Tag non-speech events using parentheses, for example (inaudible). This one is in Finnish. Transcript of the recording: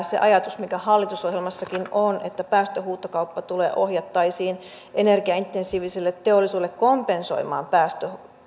(unintelligible) se ajatus mikä hallitusohjelmassakin on että päästöhuutokauppatuloja ohjattaisiin energiaintensiiviselle teollisuudelle kompensoimaan päästökauppaa